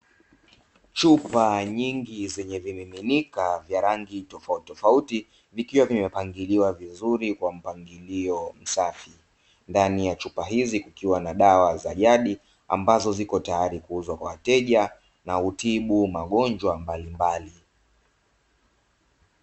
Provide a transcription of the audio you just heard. Chupa nyingi zenye vimiminika vyenye rangi tofauti tofauti vikiwa vimepangiliwa vizuri kwa mpangilio msafi, ndani ya chupa hizi kukiwa na dawa za jadi ambazo ziko tayari kuuzwa kwa wateja na hutibu magonjwa mbalimbali.